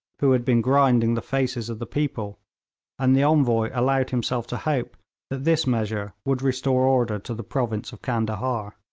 who had been grinding the faces of the people and the envoy allowed himself to hope that this measure would restore order to the province of candahar.